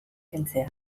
kentzea